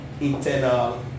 internal